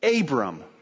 Abram